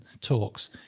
talks